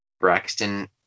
Braxton